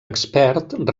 expert